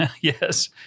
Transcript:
Yes